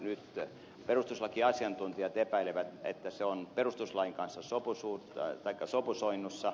nyt perustuslakiasiantuntijat epäilevät että se on perustuslain kanssa sopusoinnussa